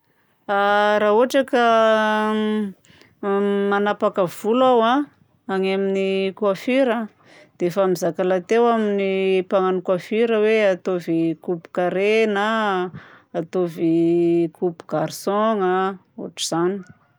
Raha ohatra ka m manapaka volo aho agny amin'ny coiffure a, dia efa mizaka lahateo amin'ny mpagnano coiffure hoe ataovy coupe carré na ataovy coupe garçon na ôtr'izany.